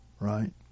right